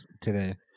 today